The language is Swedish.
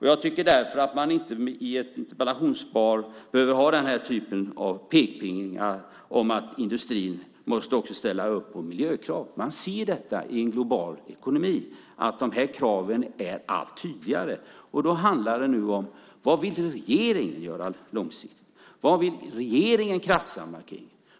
Jag tycker därför inte att man i ett interpellationssvar behöver ha den här typen av pekpinnar om att industrin måste ställa upp på miljökrav. I en global ekonomi ser man att de här kraven är allt tydligare. Nu handlar det om vad regeringen vill göra långsiktigt. Vad vill regeringen kraftsamla kring?